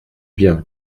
bien